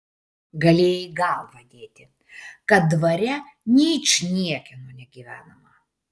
galėjai galvą dėti kad dvare ničniekieno negyvenama